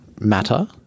matter